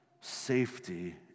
safety